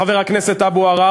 חבר הכנסת אבו עראר,